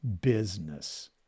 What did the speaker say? business